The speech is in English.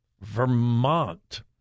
Vermont